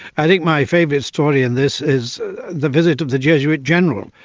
i think my favourite story in this is the visit of the jesuit general,